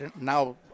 Now